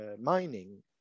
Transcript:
mining